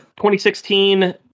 2016